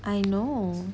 I know